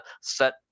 set